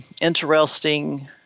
interesting